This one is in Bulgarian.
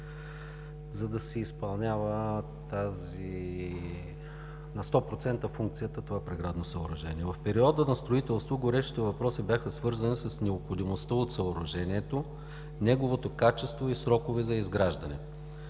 за да си изпълнява на 100% функцията това оградно съоръжение. В периода на строителство горещите въпроси бяха свързани с необходимостта от съоръжението, неговото качество и срокове за изграждане.